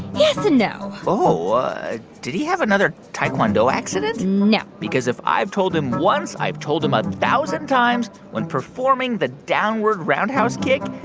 yes and no oh ah did he have another taekwondo accident? no because if i've told him once, i've told him a thousand times. times. when performing the downward roundhouse kick,